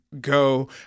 go